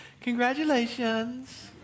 congratulations